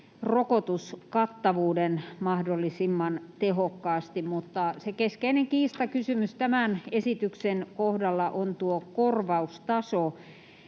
rokotuskattavuuden mahdollisimman tehokkaasti. Mutta se keskeinen kiistakysymys tämän esityksen kohdalla on tuo korvaustaso,